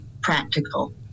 practical